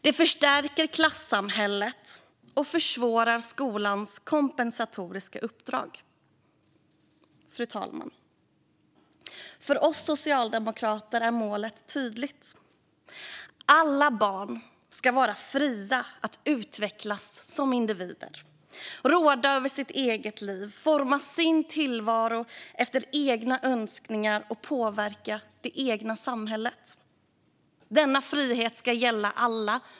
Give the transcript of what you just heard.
Det förstärker klassamhället och försvårar skolans kompensatoriska uppdrag. Förskola för fler barn Fru talman! För oss socialdemokrater är målet tydligt. Alla barn ska vara fria att utvecklas som individer, råda över sitt eget liv, forma sin tillvaro efter egna önskningar och påverka det egna samhället. Denna frihet ska gälla alla.